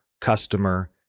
customer